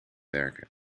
werken